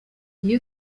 iyo